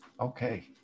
okay